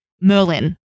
Merlin